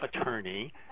attorney